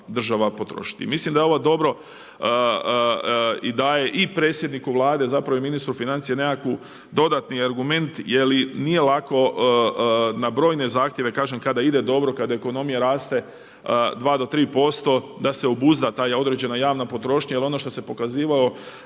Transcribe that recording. država potrošiti. Mislim da je ovo dobro i daje i predsjedniku Vlade i ministru financija nekakav dodatni argument jer nije lako na brojne zahtjeve, kažem, kada ide dobro, kada ekonomija raste 2 do 3% da se obuzda ta određena javna potrošnja jer ono što nam